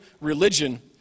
religion